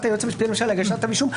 היועץ המשפטי לממשלה להגשת כתב אישום,